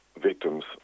victims